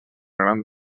gran